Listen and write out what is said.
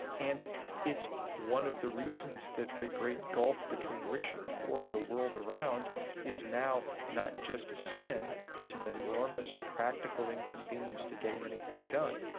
and it's one of the reasons that the great gulf between rich and poor the world around is now not just a sin, it's an enormous practical inconvenience to getting anything done.